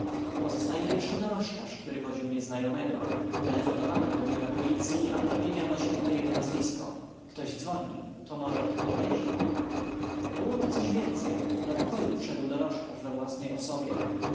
pozostaje jeszcze dorożkarz który woził nieznajomego telefonowałem do biura policyi aby dowiedziano się o jego nazwisku ktoś dzwoni to może odpowiedź było to coś więcej do pokoju wszedł dorożkarz we własnej osobie